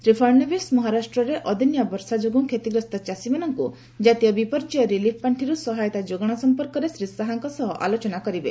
ଶ୍ରୀ ଫଡନାବିସ୍ ମହାରାଷ୍ଟ୍ରରେ ଅଦିନିଆ ବର୍ଷା ଯୋଗୁଁ କ୍ଷତିଗ୍ରସ୍ତ ଚାଷୀମାନଙ୍କୁ ଜାତୀୟ ବିପର୍ଯ୍ୟୟ ରିଲିଫ୍ ପାଣ୍ଟିରୁ ସହାୟତା ଯୋଗାଣ ସଂପର୍କରେ ଶ୍ରୀ ଶାହାଙ୍କ ସହ ଆଲୋଚନା କରିବେ